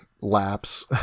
laps